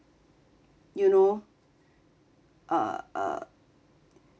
you know err err